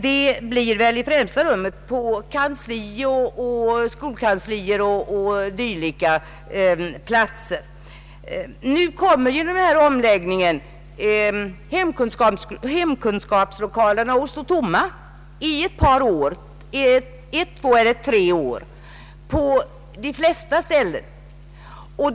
Det blir väl i främsta rummet med arbete på skolkanslier och liknande uppgifter. Genom läroplanens omläggning kommer hemkunskapslokalerna att stå tomma i några övergångsår på många ställen.